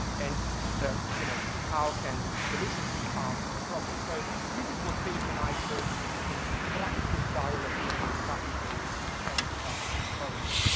and ah you know how can solutions be found to problems. so this is what philip and i call a constructive dialog between taxpayers and tax authorities.